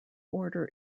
order